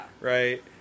right